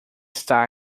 está